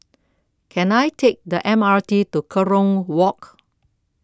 can I take the M R T to Kerong Walk